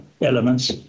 elements